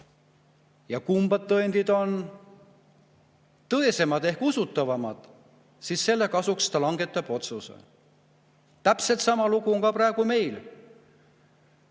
Kumma tõendid on tõesemad ehk usutavamad, selle kasuks ta langetab otsuse. Täpselt sama lugu on praegu siin.